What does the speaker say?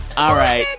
all right.